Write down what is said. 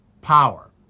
power